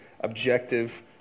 objective